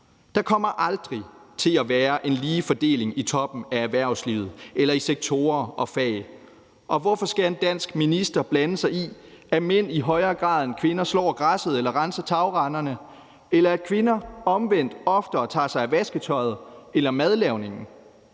Der kommer aldrig til at være en lige fordeling i toppen af erhvervslivet eller i sektorer og fag, og hvorfor skal en dansk minister blande sig i, at mænd i højere grad end kvinder slår græsset eller renser tagrenderne; at kvinder omvendt oftere tager sig af vasketøjet eller madlavningen;